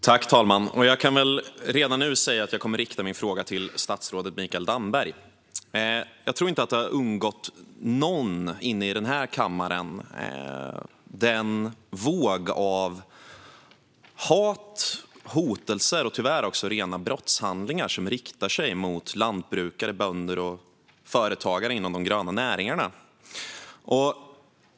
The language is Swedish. Fru talman! Jag vill rikta min fråga till statsrådet Mikael Damberg. Jag tror inte att den våg av hat, hotelser och tyvärr också rena brottshandlingar som riktar sig mot lantbrukare, bönder och företagare inom de gröna näringarna har undgått någon här i kammaren.